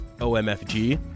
OMFG